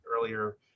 earlier